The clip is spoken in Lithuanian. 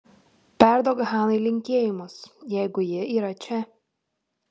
perduok hanai linkėjimus jeigu ji yra čia